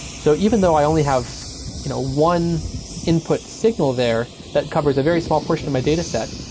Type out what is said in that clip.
so even though i only have you know one input signal there that covers a very small portion of my dataset,